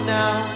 now